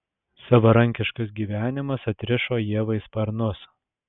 savarankiškas gyvenimas atrišo ievai sparnus